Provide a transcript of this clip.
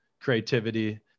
creativity